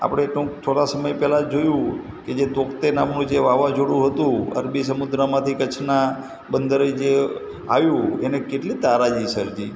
આપણે ટૂંક થોડા સમય પહેલાં જોયું કે જે તોકતોઈ નામનું જે વાવાઝોડું હતું અરબી સમુદ્રમાંથી કચ્છના બંદરે જે આવ્યું એેણે કેટલી તારાજી સર્જી